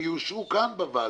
שיאושרו כאן בוועדה.